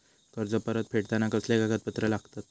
कर्ज परत फेडताना कसले कागदपत्र लागतत?